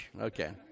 okay